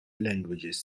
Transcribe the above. languages